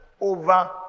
over